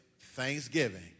thanksgiving